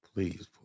Please